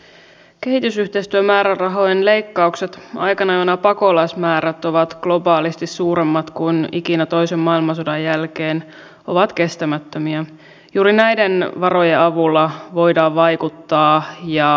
tiedän että arvostatte erityisesti aluepolitiikkaa ja kun täällä kysyttiin tekesin alueellistamisesta niin haluaisin parilla lauseella vastata edustaja sarkkiselle koska tämä on tärkeä kysymys